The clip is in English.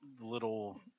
little